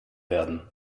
werden